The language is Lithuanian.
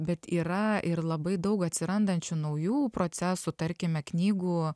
bet yra ir labai daug atsirandančių naujų procesų tarkime knygų